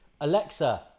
Alexa